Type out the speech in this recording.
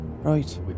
right